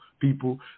people